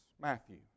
Matthew